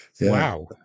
Wow